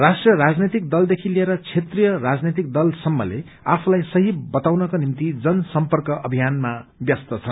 राष्ट्रिय राजनैतिक दलदेखि लिएर क्षेत्रिय राजनैतिक दलसम्मले आफूलाइ सही बताउनको निम्ति जन सर्म्यक अभियानमा व्यस्त छन्